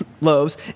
loaves